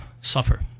suffer